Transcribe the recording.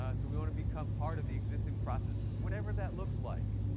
ah so we want to become part of the existing processes, whatever that looks like.